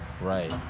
Right